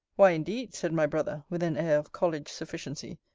why, indeed, said my brother, with an air of college-sufficiency,